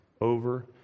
over